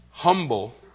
Humble